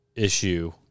issue